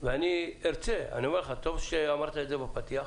טוב שאמרת את זה בפתיח.